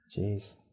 Jeez